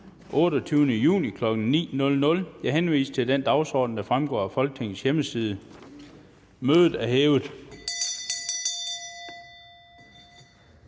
28. juni 2013, kl. 9.00. Jeg henviser til den dagsorden, der fremgår af Folketingets hjemmeside. Mødet er hævet.